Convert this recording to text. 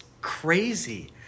crazy